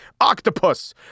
OCTOPUS